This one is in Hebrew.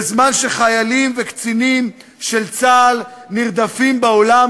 בזמן שחיילים וקצינים של צה"ל נרדפים בעולם